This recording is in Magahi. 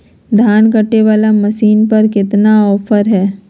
धान कटे बाला मसीन पर कतना ऑफर हाय?